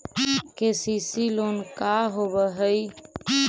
KCC loan का होब हइ?